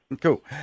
Cool